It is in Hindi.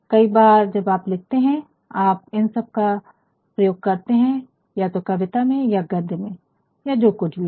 कई बार जब आप लिखते है आप इन सबका प्रयोग करते है या तो कविता में या गद्य में या जो कुछ भी हो